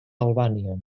albània